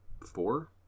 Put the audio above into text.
four